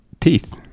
teeth